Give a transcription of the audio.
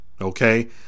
Okay